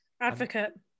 Advocate